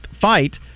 fight